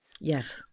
yes